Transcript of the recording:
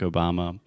Obama